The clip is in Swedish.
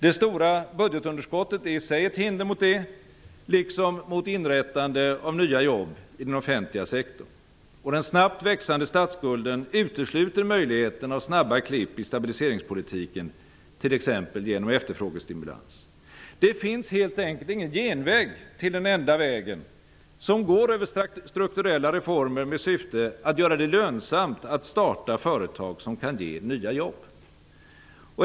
Det stora budgetunderskottet är i sig ett hinder mot detta, liksom mot inrättande av nya jobb i den offentliga sektorn. Och den snabbt växande statsskulden utesluter möjligheten av snabba klipp i stabiliseringspolitiken, t.ex. genom efterfrågestimulans. Det finns helt enkelt ingen genväg till den enda vägen, som går över strukturella reformer med syfte att göra det lönsamt att starta företag som kan ge nya jobb.